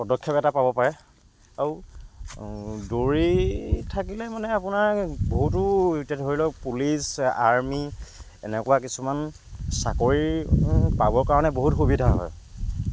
পদক্ষেপ এটা পাব পাৰে আৰু দৌৰি থাকিলে মানে আপোনাৰ বহুতো এতিয়া ধৰি লওক পুলিচ আৰ্মি এনেকুৱা কিছুমান চাকৰি পাবৰ কাৰণে বহুত সুবিধা হয়